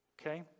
Okay